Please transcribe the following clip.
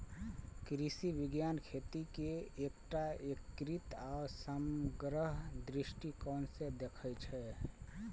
कृषि विज्ञान खेती कें एकटा एकीकृत आ समग्र दृष्टिकोण सं देखै छै